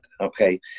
Okay